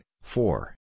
four